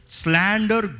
slander